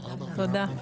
תודה.